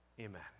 amen